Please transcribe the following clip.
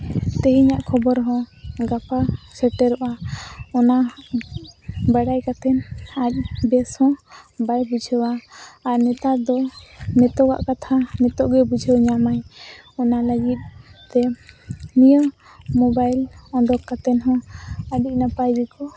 ᱛᱮᱦᱮᱧᱟᱜ ᱠᱷᱚᱵᱚᱨ ᱦᱚᱸ ᱜᱟᱯᱟ ᱥᱮᱴᱮᱨᱚᱜᱼᱟ ᱚᱱᱟ ᱵᱟᱲᱟᱭ ᱠᱟᱛᱮᱱ ᱟᱨ ᱵᱮᱥ ᱦᱚᱸ ᱵᱟᱭ ᱵᱩᱡᱷᱟᱹᱣᱟ ᱟᱨ ᱱᱮᱛᱟᱨ ᱫᱚ ᱱᱤᱛᱳᱜᱟᱜ ᱠᱟᱛᱷᱟ ᱱᱤᱛᱳᱜ ᱜᱮ ᱵᱩᱡᱷᱟᱹᱣ ᱧᱟᱢᱟᱭ ᱚᱱᱟ ᱞᱟᱹᱜᱤᱫ ᱛᱮ ᱱᱤᱭᱟᱹ ᱢᱳᱵᱟᱭᱤᱞ ᱚᱰᱚᱠ ᱠᱟᱛᱮᱱ ᱦᱚᱸ ᱟᱹᱰᱤ ᱱᱟᱯᱟᱭ ᱜᱮᱠᱚ